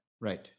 Right